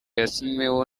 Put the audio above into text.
yasinyweho